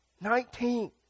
Nineteen